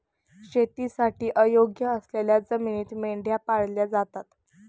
शेतीसाठी अयोग्य असलेल्या जमिनीत मेंढ्या पाळल्या जातात